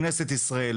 כנסת ישראל,